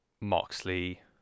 Moxley